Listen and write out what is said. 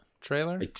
trailer